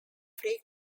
free